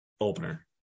opener